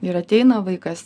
ir ateina vaikas